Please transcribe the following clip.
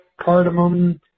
cardamom